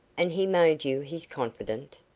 and he made you his confidant?